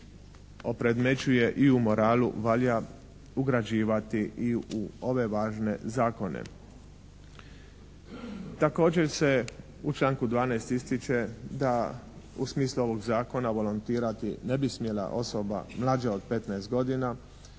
opredmećuje i u moralu, valja ugrađivati i u ove važne zakone. Također se u članku 12. ističe da u smislu ovog zakona volontirati ne bi smjela osoba mlađa od 15 godina